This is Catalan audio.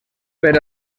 per